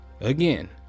again